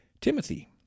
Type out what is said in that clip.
Timothy